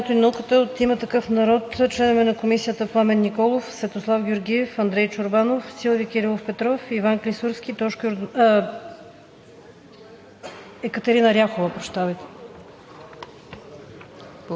За Комисията по образованието и науката от „Има такъв народ“ – за членове: Пламен Николов, Светослав Георгиев, Андрей Чорбанов, Силви Кирилов Петров, Иван Клисурски, Катерина Ряхова.